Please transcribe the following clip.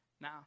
Now